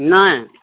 नहि